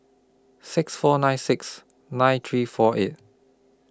six four nine six nine three four eight